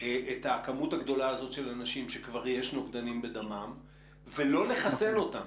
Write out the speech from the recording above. את הכמות הגדולה הזאת של אנשים שכבר יש נוגדנים בדמם ולא לחסן אותם.